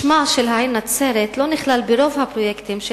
שמה של העיר נצרת לא נכלל ברוב הפרויקטים של